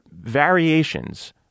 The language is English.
variations